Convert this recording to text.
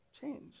change